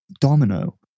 domino